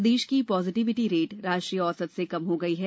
प्रदेश की positivity rate राष्ट्रीय औसत से कम हो गई है